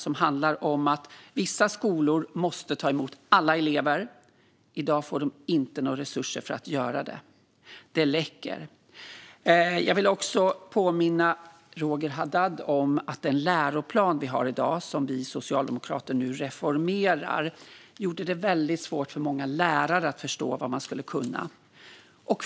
Det handlar om att vissa skolor måste ta emot alla elever, och i dag får de inte resurser för att göra det. Systemet läcker. Jag vill också påminna Roger Haddad om att den läroplan som vi socialdemokrater nu reformerar gjorde det väldigt svårt för många lärare att förstå vad man skulle kunna.